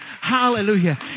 Hallelujah